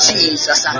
Jesus